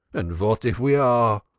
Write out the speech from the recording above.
and what if we are!